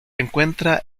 encuentra